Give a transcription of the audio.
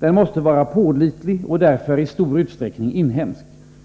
Energin måste också vara pålitlig och därför i stor utsträckning inhemsk.